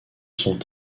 sont